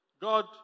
God